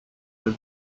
was